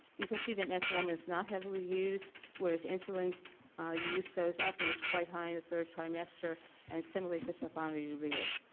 you can see that metformin is not heavily used whereas insulin the use goes up and it's quite in the third trimester and similarly for sulfonylureas.